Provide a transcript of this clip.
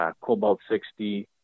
cobalt-60